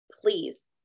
please